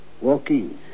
Walking